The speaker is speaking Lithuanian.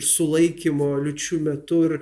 sulaikymo liūčių metu ir